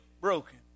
broken